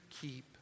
keep